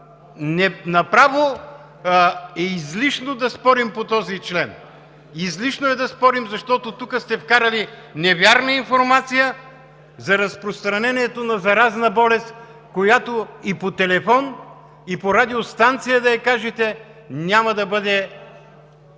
е направо излишно да спорим по този член! Излишно е да спорим, защото тук сте вкарали „невярна информация за разпространението на заразна болест“, която и по телефон, и по радиостанция да я кажете, няма да бъде